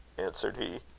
answered he.